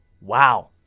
Wow